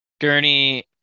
Gurney